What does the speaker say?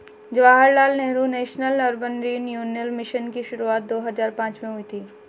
Jawaharlal Nehru national urban renewal mission की शुरुआत दो हज़ार पांच में हुई थी